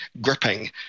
gripping